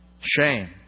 shame